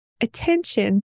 attention